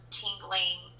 tingling